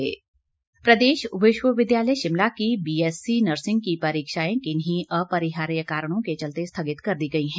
पुरीक्षा प्रदेश विश्वविद्यालय शिमला की बीएससी नर्सिंग की परीक्षाएं किन्हीं अपरिहार्य कारणों के चलते स्थगित कर दी गई हैं